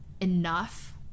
enough